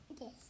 Yes